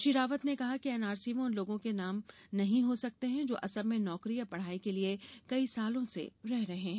श्री रावत ने कहा कि एनआरसी में उन लोगों के भी नाम नहीं हो सकते हैं जो असम में नौकरी या पढ़ाई के लिए कई सालों से रह रहे हैं